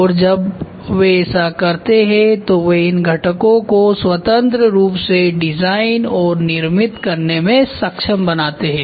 और जब वे ऐसा करते हैं तो वे इन घटकों को स्वतंत्र रूप से डिजाइन और निर्मित करने में सक्षम बनाते है